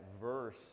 verse